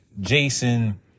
Jason